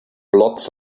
blots